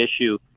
issue